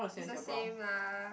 is the same lah